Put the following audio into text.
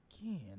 again